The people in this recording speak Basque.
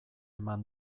eman